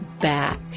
back